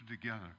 together